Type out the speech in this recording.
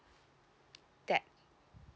that